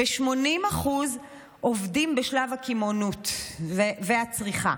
ו-80% מזה אובדים בשלב הקמעונאות והצריכה.